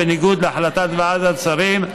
בניגוד להחלטת ועדת השרים,